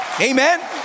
Amen